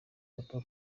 papa